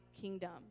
kingdom